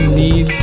need